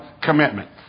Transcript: commitment